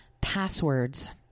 passwords